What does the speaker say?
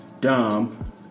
Dom